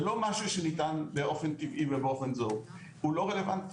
זה לא משהו שניתן באופן טבעי, הוא לא רלוונטי.